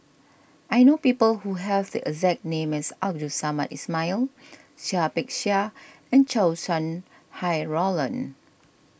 I know people who have the exact name as Abdul Samad Ismail Seah Peck Seah and Chow Sau Hai Roland